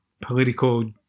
political